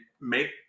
make